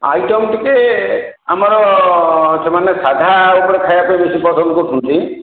item ଟିକିଏ ଆମର ସେମାନେ ସାଧା ଉପରେ ଖାଇବା ପାଇଁ ବେଶୀ ପସନ୍ଦ କରୁଛନ୍ତି